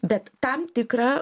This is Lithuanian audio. bet tam tikrą